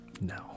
No